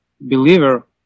believer